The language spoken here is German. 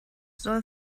soll